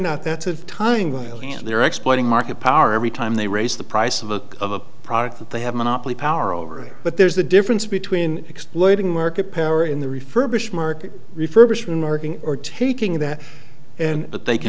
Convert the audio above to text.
whale and they're exploiting market power every time they raise the price of a product that they have monopoly power over it but there's a difference between exploiting market power in the refurbished market refurbishment or taking that but they can